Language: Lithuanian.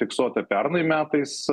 fiksuota pernai metais